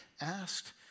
asked